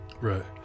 Right